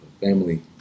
family